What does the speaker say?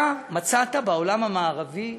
אתה מצאת בעולם המערבי,